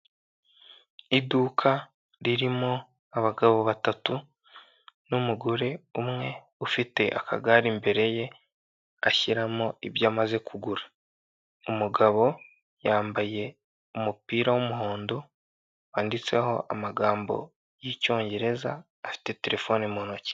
Iduka ririmo abagabo batatu n'umugore umwe ufite akagare imbere ye ashyiramo ibyo amaze kugura, umugabo yambaye umupira w'umuhondo wanditseho amagambo y'icyongereza afite terefone mu ntoki.